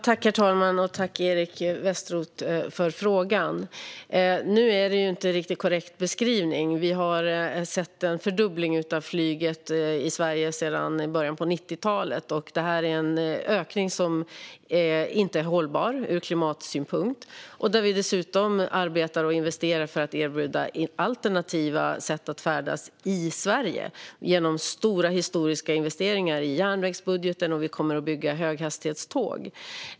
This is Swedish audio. Herr talman! Tack, Eric Westroth, för frågan! Det var inte en riktigt korrekt beskrivning. Vi har sett en fördubbling av flyget i Sverige sedan början av 90-talet, och det är en ökning som inte är hållbar ur klimatsynpunkt. Dessutom arbetar och investerar vi för att erbjuda alternativa sätt att färdas i Sverige genom stora, historiska investeringar i järnvägsbudgeten, och vi kommer att bygga höghastighetståg.